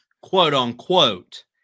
quote-unquote